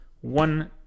one